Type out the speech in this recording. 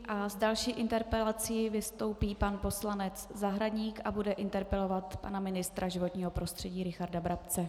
S další interpelací vystoupí pan poslanec Zahradník a bude interpelovat pana ministra životního prostředí Richarda Brabce.